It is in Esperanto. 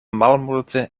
malmulte